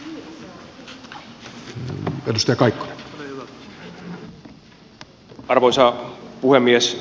arvoisa puhemies